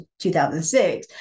2006